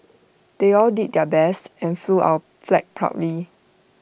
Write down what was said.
they all did their best and flew our flag proudly